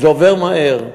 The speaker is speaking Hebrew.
זה עובר מהר,